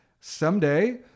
someday